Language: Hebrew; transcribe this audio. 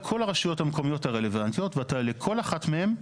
הרשויות המקומיות הרלוונטיות, ואתה, לכל אחת מהן,